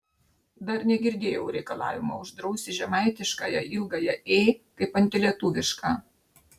dar negirdėjau reikalavimo uždrausti žemaitišką ilgąją ė kaip antilietuvišką